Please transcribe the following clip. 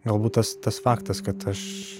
galbūt tas tas faktas kad aš